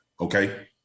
Okay